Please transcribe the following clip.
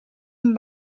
een